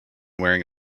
wearing